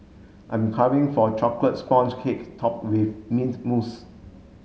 I am carving for a chocolate sponge cake top with mint mousse